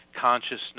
consciousness